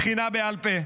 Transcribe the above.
בחינה בעל פה,